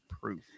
proof